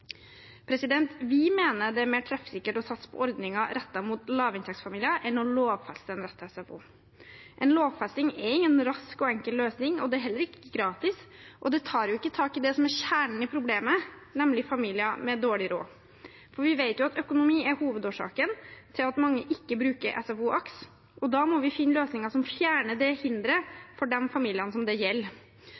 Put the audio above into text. Vi mener det er mer treffsikkert å satse på ordninger rettet mot lavinntektsfamilier enn å lovfeste en rett til SFO. En lovfesting er ingen rask og enkel løsning. Det er heller ikke gratis, og det tar ikke tak i det som er kjernen i problemet, nemlig familier med dårlig råd. Vi vet at økonomi er hovedårsaken til at mange ikke bruker SFO/AKS, og da må vi finne løsninger som fjerner det hinderet for de familiene det gjelder.